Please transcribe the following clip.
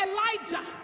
Elijah